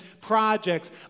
projects